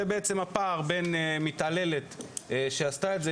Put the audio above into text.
זה הפער בין מתעללת שעשתה את זה,